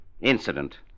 incident